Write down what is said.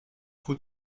trou